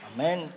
Amen